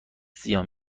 زیان